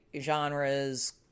genres